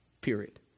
period